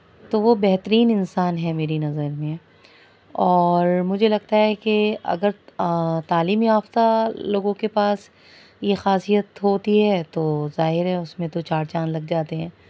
تو وہ بہترین انسان ہے میری نظر میں اور مجھے لگتا ہے کہ اگر تعلیم یافتہ لوگوں کے پاس یہ خاصیت ہوتی ہے تو ظاہر ہے اس میں تو چار چاند لگ جاتے ہیں